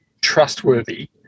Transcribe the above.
trustworthy